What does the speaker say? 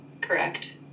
correct